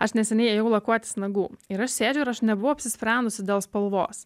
aš neseniai ėjau lakuotis nagų ir sėdžiu ir aš nebuvau apsisprendusi dėl spalvos